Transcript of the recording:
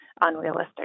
unrealistic